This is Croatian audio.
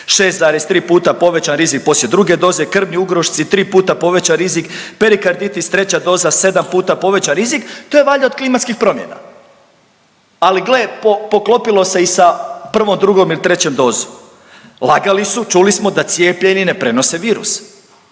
6,3 puta povećan rizik poslije druge doze, krvni ugrušci tri puta povećan rizik, perikarditis treća doza sedam puta povećan rizik to je valjda od klimatskih promjena. Ali gle poklopilo se i sa 1., 2. il 3. dozom. Lagali su čuli smo da cijepljeni ne prenose virus,